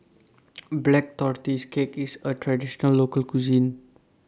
Black Tortoise Cake IS A Traditional Local Cuisine